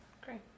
Great